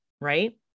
right